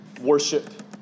worship